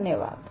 धन्यवाद